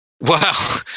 wow